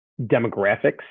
demographics